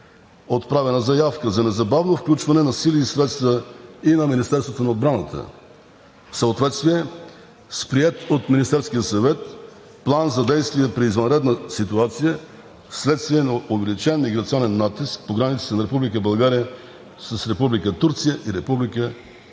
отправена заявка за незабавно включване на сили и средства и на Министерството на отбраната в съответствие с приет от Министерския съвет План за действие при извънредна ситуация вследствие на увеличен миграционен натиск по границите на Република